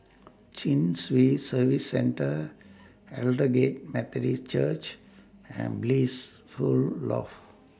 Chin Swee Service Centre Aldersgate Methodist Church and Blissful Loft